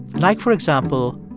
like, for example,